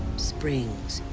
springs,